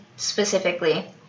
Specifically